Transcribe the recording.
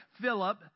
Philip